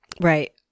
Right